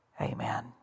amen